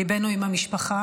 ליבנו עם המשפחה.